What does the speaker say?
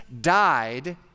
died